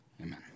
Amen